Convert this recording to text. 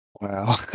Wow